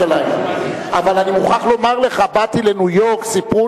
אבל אני מוכרח לומר לך שבאתי לניו-יורק וסיפרו